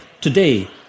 today